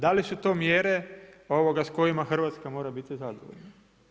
Da li su to mjere s kojima Hrvatska mora biti zadovoljna?